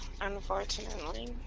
unfortunately